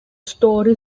story